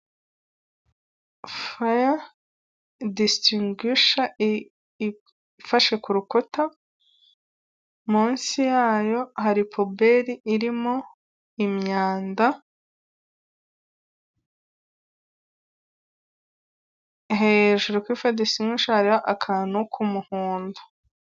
Fire extinguisher ifashe ku rukuta, munsi yayo hari puberi irimo imyanda, hejuru kuri fire extinguisher hariho akantu k'umuhondo.